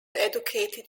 educated